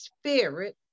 Spirit